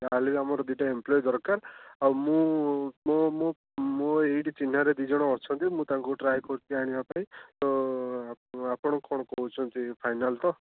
ଯାହା ହେଲେ ବି ଆମର ଦୁଇଟା ଏମ୍ପ୍ଲୋୟି ଦରକାର ଆଉ ମୁଁ ମୋ ମୁଁ ଏଇଠି ଚିହ୍ନାରେ ଦୁଇ ଜଣ ଅଛନ୍ତି ମୁଁ ତାଙ୍କୁ ଟ୍ରାଏ କରୁଛି ଆଣିବା ପାଇଁ ତ ଆପଣ କ'ଣ କହୁଛନ୍ତି ଫାଇନାଲ୍ ତ